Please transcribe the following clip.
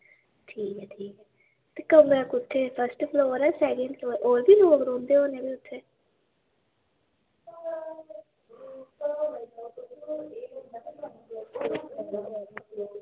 ठीक ऐ ठीक ते कमरा कु'त्थे फर्स्ट फ्लोर ऐ सैकिंड फ्लोर होर बी लोक रौंह्नदे होने फ्ही उत्थे